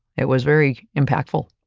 it was very impactful.